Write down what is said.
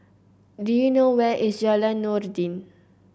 do you know where is Jalan Noordin